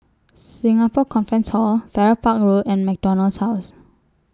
Singapore Conference Hall Farrer Park Road and Macdonald's House